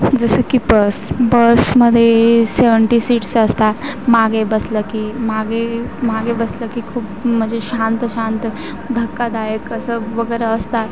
जसं की बस बसमध्ये सेवंटी सीट्स असतात मागे बसलं की मागे मागे बसलं की खूप म्हणजे शांत शांत धक्कादायक असं बगर असतात